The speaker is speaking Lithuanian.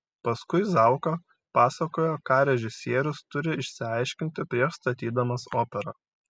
paskui zauka pasakojo ką režisierius turi išsiaiškinti prieš statydamas operą